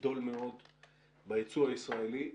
גדול מאוד בייצוא הישראלי,